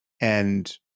And-